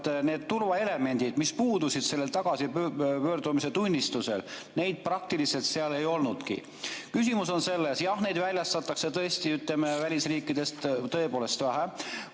need turvaelemendid sellel tagasipöördumistunnistusel, neid praktiliselt seal ei olnudki. Küsimus on selles. Jah, neid väljastatakse, ütleme, välisriikidest tõepoolest vähe.